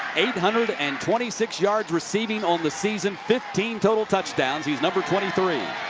eight hundred and twenty six yards receiving on the season. fifteen total touchdowns. he's number twenty three.